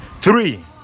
three